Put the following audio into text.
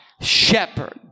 shepherd